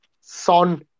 Son